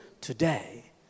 today